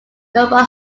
nova